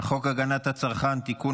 הצעת חוק הגנת הצרכן (תיקון,